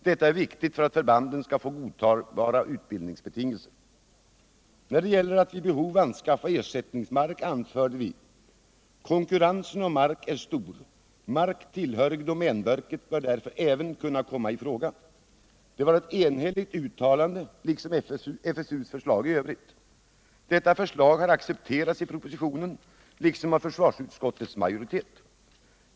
Detta är viktigt för att förbanden skall få godtagbara utbildningsresurser. När det gäller att vid behov anskaffa ersättningsmark anförde vi bl.a.: ”Konkurrensen om mark är stor. Mark tillhörig domänverket bör därför även kunna komma i fråga.” Detta var ett enhälligt uttalande liksom FFU:s förslag iövrigt. Förslaget har accepterats i propositionen liksom av försvarsutskottets majoritet.